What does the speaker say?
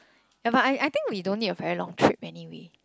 ya but I I think we don't need a very long trip anyway